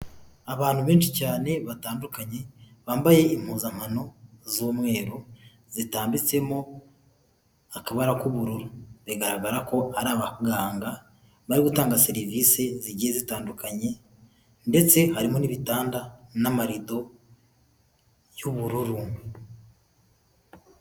Abantu benshi cyane batandukanye bambaye impuzankano z'umweru zitambitsemo akabara k'ubururu bigaragara ko ari abaganga bari gutanga serivisi zigiye zitandukanye ndetse harimo n'ibitanda n'amarido y'ubururu.